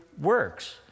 works